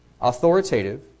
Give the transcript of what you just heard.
Authoritative